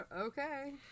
Okay